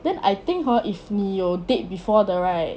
then I think hor if 你有 date before 的 right